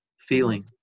feeling